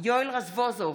יואל רזבוזוב,